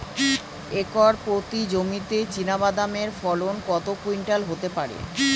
Acre প্রতি জমিতে চীনাবাদাম এর ফলন কত কুইন্টাল হতে পারে?